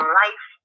life